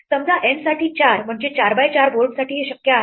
समजा N साठी 4 म्हणजेच 4 बाय 4 बोर्डसाठी हे शक्य आहे